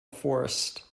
forest